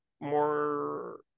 more